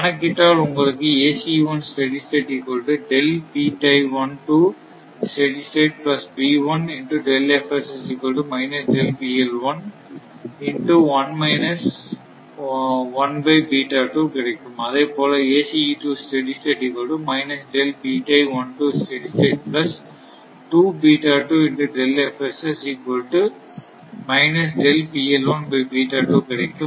கணக்கிட்டால் உங்களுக்கு கிடைக்கும் அதேபோல கிடைக்கும்